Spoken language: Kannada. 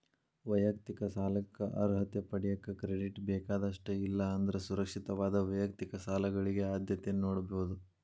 ವೈಯಕ್ತಿಕ ಸಾಲಕ್ಕ ಅರ್ಹತೆ ಪಡೆಯಕ ಕ್ರೆಡಿಟ್ ಬೇಕಾದಷ್ಟ ಇಲ್ಲಾ ಅಂದ್ರ ಸುರಕ್ಷಿತವಾದ ವೈಯಕ್ತಿಕ ಸಾಲಗಳಿಗೆ ಆದ್ಯತೆ ನೇಡಬೋದ್